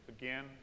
again